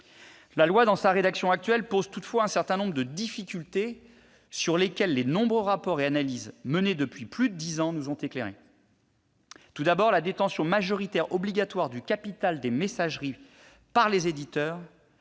Bichet. Dans sa rédaction actuelle, cette loi pose toutefois un certain nombre de difficultés, sur lesquelles les nombreux rapports et analyses menés depuis plus de dix ans nous ont éclairés. Tout d'abord, la détention majoritaire obligatoire du capital des messageries par les éditeurs